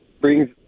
brings